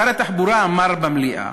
שר התחבורה אמר במליאה